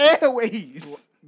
airways